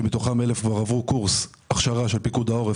מתוכם כבר 1,000 עברו הכשרה 02 של פיקוד העורף,